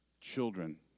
children